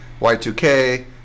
Y2K